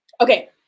okay